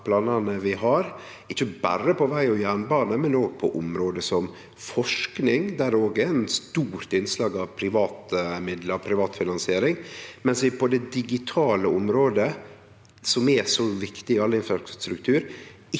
ikkje berre på veg og jernbane, men òg på område som forsking, der det er eit stort innslag av private middel og privat finansiering? På det digitale området, som er så viktig i all infrastruktur,